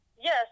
yes